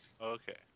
Okay